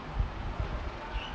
ya